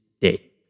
day